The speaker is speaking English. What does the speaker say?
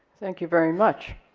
thank you very much.